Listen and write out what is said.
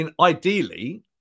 ideally